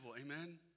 Amen